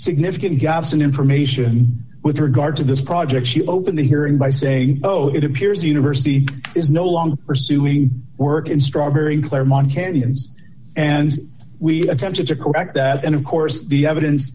significant gaps in information with regard to this project she opened the hearing by saying oh it appears the university is no longer pursuing work in strawberry claremont canyon's and we attempted to correct that and of course the evidence